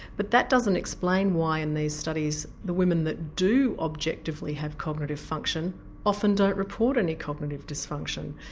but that doesn't explain why in these studies the women that do objectively have cognitive function often don't report any cognitive dysfunction.